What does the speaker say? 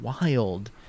wild